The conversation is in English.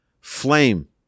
flame